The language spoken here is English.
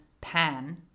pan